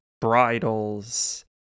bridles